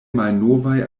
malnovaj